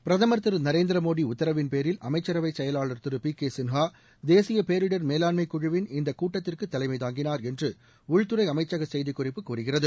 பிரதமர் திரு நரேந்திர மோடி உத்தரவின்பேரில் அமைச்சரவை செயலாளர் திரு பிகே சின்ஹா தேசிய பேரிடர் மேலாண்மை குழுவின் இந்த கூட்டத்திற்கு தலைமை தாங்கினார் என்று உள்துறை அமைச்சக செய்திக் குறிப்பு கூறுகிறது